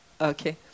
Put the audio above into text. okay